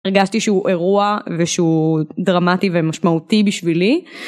הרגשתי שהוא אירוע, ושהוא... דרמטי ומשמעותי בשבילי.